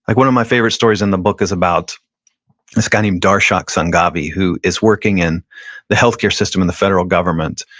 like one of my favorite stories in the book is about this guy named darshak sanghavi, who is working in the healthcare system in the federal government.